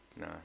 No